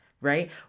right